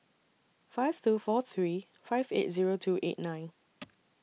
five two four three five eight Zero two eight nine